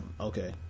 Okay